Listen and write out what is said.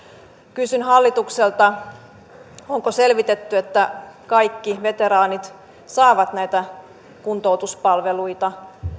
kysyn hallitukselta onko selvitetty että kaikki veteraanit saavat näitä kuntoutuspalveluita